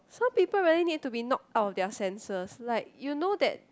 some people really need to be knock out of their sense like you know that